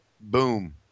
Boom